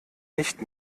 nicht